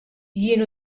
jien